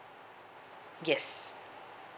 yes